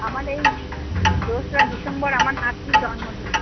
আমার এই দোসরা ডিসেম্বর আমার নাতনীর জন্মদিন